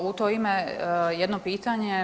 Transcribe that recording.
U to ime jedno pitanje.